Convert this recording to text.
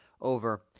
over